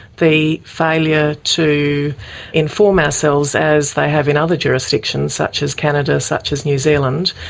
the failure to inform ourselves as they have in other jurisdictions such as canada, such as new zealand.